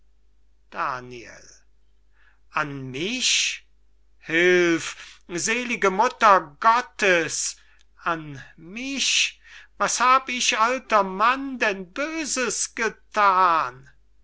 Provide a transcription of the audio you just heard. daniel an mich hilf selige mutter gottes an mich was hab ich alter mann denn böses gethan